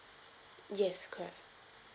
yes correct